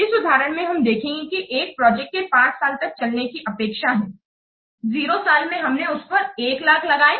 इस उदाहरण में हम देखेंगे की एक प्रोजेक्ट के 5 साल तक चलने की अपेक्षा है 0 साल में हमने उस पर 100000 लगाए